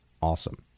awesome